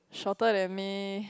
shorter than me